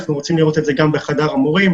אנחנו רוצים לראות את זה גם בחדר המורים.